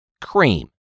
cream